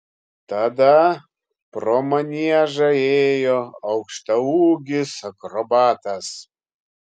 tada pro maniežą ėjo aukštaūgis akrobatas